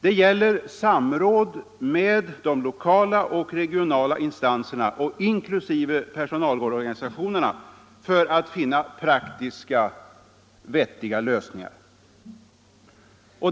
Där gäller det samråd med de lokala och regionala instanserna inklusive personalorganisationerna för att finna praktiska och vettiga lösningar.